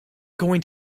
going